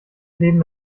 leben